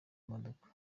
modoka